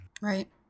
right